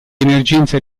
emergenza